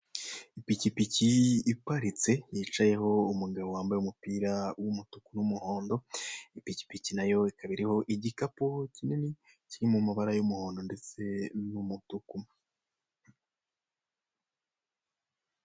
Ipikipiki iparitse yicayeho umugabo wambaye umupira w'umutuku n'umuhondo, ipikipiki nayo ikaba iriho igikapu kinini kiri mu mabara y'umuhondo ndetse n'umutuku.